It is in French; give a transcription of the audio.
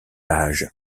l’âge